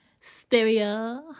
stereo